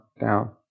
down